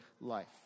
life